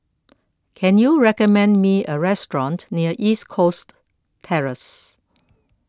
can you recommend me a restaurant near East Coast Terrace